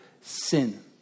sin